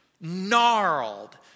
gnarled